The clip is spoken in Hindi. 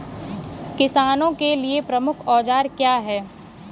किसानों के लिए प्रमुख औजार क्या हैं?